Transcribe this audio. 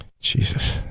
Jesus